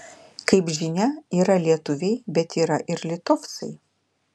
kaip žinia yra lietuviai bet yra ir litovcai